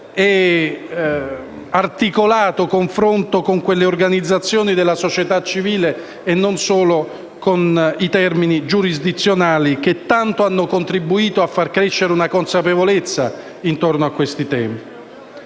e articolato confronto con quelle organizzazioni della società civile e non solo con i termini giurisdizionali, che tanto hanno contribuito a far crescere una consapevolezza intorno a questi temi.